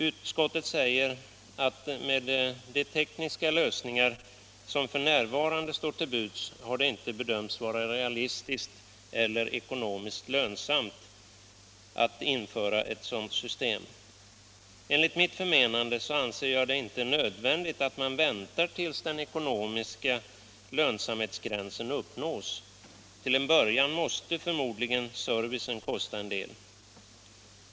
Utskottet säger att med de tekniska lösningar som f.n. står till buds har det inte bedömts vara realistiskt eller ekonomiskt lönsamt att införa ett sådant system. Enligt mitt förmenande är det emellertid nödvändigt att man väntar tills den ekonomiska lönsamhetsgränsen uppnås. Till en början måste förmodligen servicen kosta en del.